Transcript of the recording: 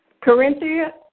Corinthia